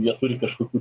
jie turi kažkokių